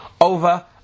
over